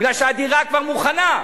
מפני שהדירה כבר מוכנה.